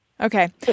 Okay